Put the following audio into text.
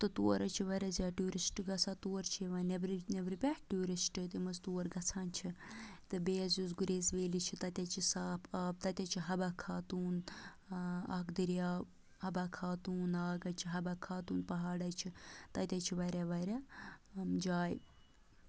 تہٕ تور حظ چھِ واریاہ زیادٕ ٹیوٗرِسٹ گژھان تور چھِ یِوان نٮ۪برٕ نٮ۪برٕ پٮ۪ٹھ ٹیوٗرِسٹ تِم حظ تور گژھان چھِ تہٕ بیٚیہِ حظ یُس گُریز ویلی چھِ تَتہِ حظ چھِ صاف آب تَتہِ حظ چھِ حبا خاتوٗن اَکھ دٔریاو حبا خاتوٗن ناگ حظ چھِ حبا خاتوٗن پہاڑ حظ چھِ تَتہِ حظ چھِ واریاہ واریاہ جاے